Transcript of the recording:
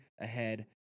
ahead